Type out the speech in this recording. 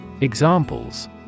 Examples